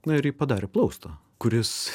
na ir ji padarė plaustą kuris